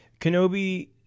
Kenobi